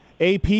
AP